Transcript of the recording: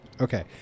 Okay